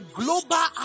global